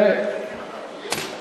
ואם תחרגי אני אאפשר לך.